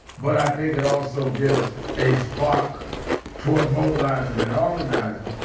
but i think it also gives a spark toward mobilizing and organizing.